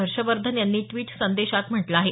हर्षवर्धन यांनी ड्विट संदेशात म्हटलं आहे